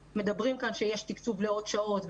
מדברים כאן על כך שיש תקצוב לעוד שעות,